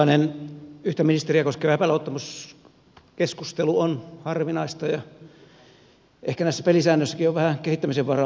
tällainen yhtä ministeriä koskeva epäluottamuskeskustelu on harvinaista ja ehkä näissä pelisäännöissäkin on vähän kehittämisen varaa